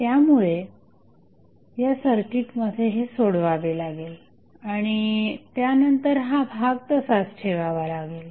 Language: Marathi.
त्यामुळे या सर्किटमध्ये हे सोडवावे लागेल आणि त्यानंतर हा भाग तसाच ठेवावा लागेल